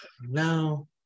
no